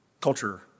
culture